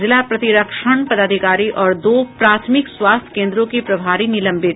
जिला प्रतिरक्षण पदाधिकारी और दो प्राथमिक स्वास्थ्य केन्द्रों के प्रभारी निलंबित